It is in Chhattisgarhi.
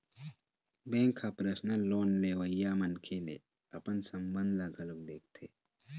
बेंक ह परसनल लोन लेवइया मनखे ले अपन संबंध ल घलोक देखथे